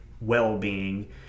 well-being